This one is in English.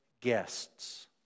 guests